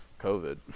COVID